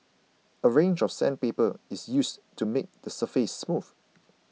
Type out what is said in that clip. a range of sandpaper is used to make the surface smooth